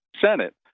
Senate